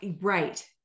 right